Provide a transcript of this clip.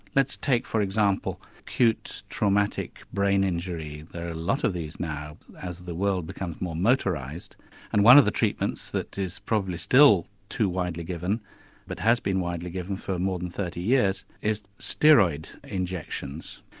let's take for example acute traumatic brain injury there are a lot of these now as the world becomes more motorised and one of the treatments that is probably still too widely given but has been widely given for more than thirty years, is steroid injections.